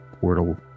portal